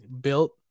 Built